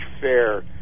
fair